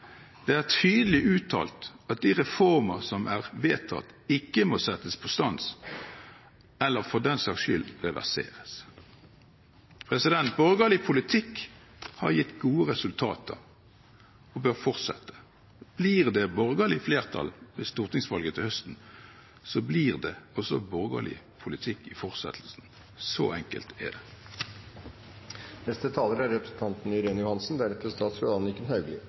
Det er tydelig uttalt at de reformene som er vedtatt, ikke må settes på stans eller, for den saks skyld, reverseres. Borgerlig politikk har gitt gode resultater, og bør fortsette. Blir det borgerlig flertall ved stortingvalget til høsten, blir det borgerlig politikk også i fortsettelsen. Så enkelt er det.